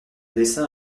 dessin